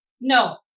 No